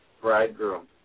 bridegroom